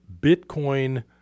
Bitcoin